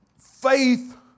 faith